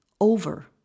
over